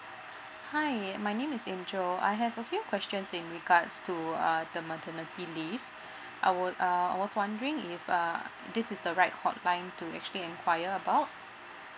hi my name is angel I have a few questions in regards to uh the maternity leave I would err was wondering if uh this is the right hotline to actually enquire about